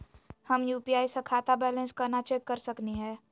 हम यू.पी.आई स खाता बैलेंस कना चेक कर सकनी हे?